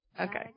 Okay